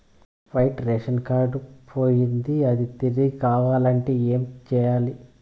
white ration card పోయింది అది తిరిగి కావాలంటే ఏం సేయాలి